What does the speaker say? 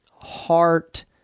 heart